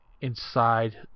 inside